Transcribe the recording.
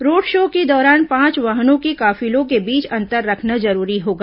road show के दौरान पांच वाहनों के काफिलों के बीच अंतर रखना जरूरी होगा